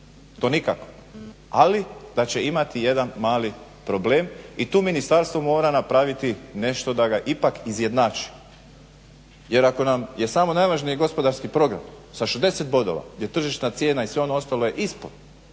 to nikako, ali da će imati jedan mali problem. i tu ministarstvo mora napraviti nešto da ga ipak izjednači jer ako nam je samo najvažnije gospodarski program sa 60 bodova gdje tržišna cijena i sve ono ostalo je ispod,